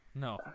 No